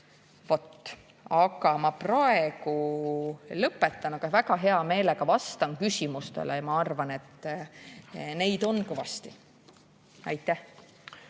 tagada. Ma praegu lõpetan. Väga hea meelega vastan küsimustele ja ma arvan, et neid on kõvasti. Aitäh!